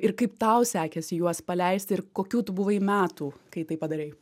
ir kaip tau sekėsi juos paleisti ir kokių tu buvai metų kai tai padarei